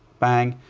bang,